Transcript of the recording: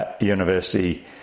University